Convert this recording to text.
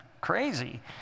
crazy